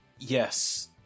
Yes